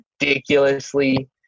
ridiculously